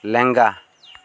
ᱞᱮᱝᱜᱟ